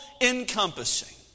encompassing